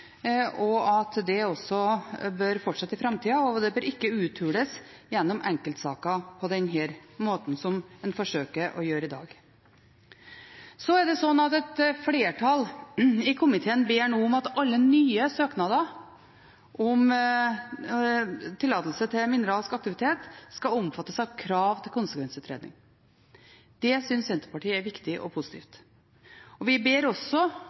at det også bør fortsette i framtida, og at det ikke bør uthules gjennom enkeltsaker på denne måten som en forsøker å gjøre i dag. Et flertall i komiteen ber nå om at alle nye søknader om tillatelse til mineralsk aktivitet, skal omfattes av krav til konsekvensutredning. Det synes Senterpartiet er viktig og positivt. Vi ber også